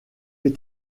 est